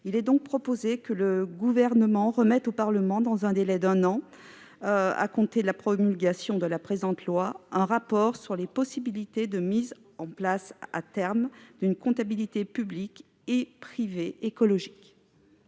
Il est donc proposé que le Gouvernement remette au Parlement, dans un délai d'un an à compter de la promulgation de la présente loi, un rapport sur les possibilités de mise en place, à terme, d'une comptabilité publique et privée écologique.